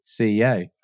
CEO